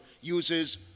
uses